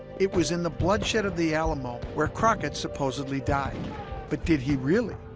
it was in the bloodshed of the alamo where crockett supposedly died but did he really